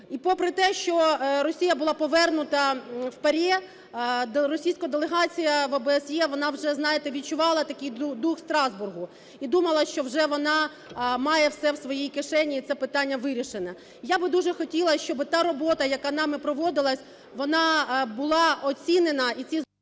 І попри те, що Росія була повернута в ПАРЄ, російська делегація в ОБСЄ, вона вже, знаєте, відчувала такий дух Страсбургу, і думала, що вже вона має все в своїй кишені і це питання вирішене. Я би дуже хотіла, щоб та робота, яка нами проводилась, вона була оцінена